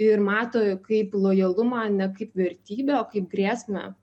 ir mato kaip lojalumą ne kaip vertybę o kaip grėsmę